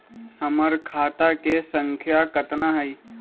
हमर खाता के सांख्या कतना हई?